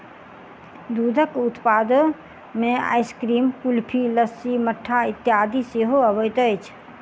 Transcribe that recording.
दूधक उत्पाद मे आइसक्रीम, कुल्फी, लस्सी, मट्ठा इत्यादि सेहो अबैत अछि